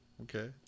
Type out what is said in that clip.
Okay